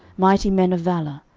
mighty men of valour,